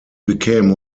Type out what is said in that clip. became